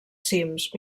cims